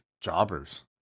jobbers